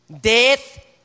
death